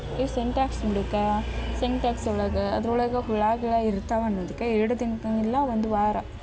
ಈ ಸಿಂಟ್ಯಾಕ್ಸ್ ಬುಡಕ್ಕ ಸಿಂಟ್ಯಾಕ್ಸ್ ಒಳಗೆ ಅದ್ರೊಳಗೆ ಹುಳ ಗಿಳ ಇರ್ತಾವೆ ಅನ್ನೋದಕ್ಕೆ ಎರಡು ದಿನ್ಕೆ ಇಲ್ಲ ಒಂದು ವಾರ